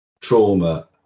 trauma